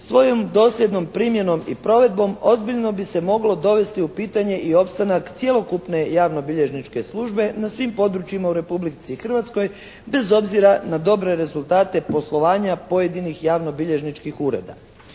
svojom dosljednom primjenom i provedbom ozbiljno bi se moglo dovesti u pitanje i opstanak cjelokupne javnobilježničke službe na svim područjima u Republici Hrvatskoj bez obzira na dobre rezultate poslovanja pojedinih javnobilježničkih ureda.